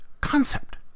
concept